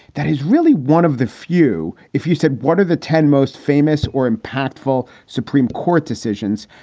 that is really one of the few, if you said, what are the ten most famous or impactful supreme court decisions?